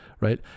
right